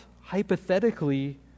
hypothetically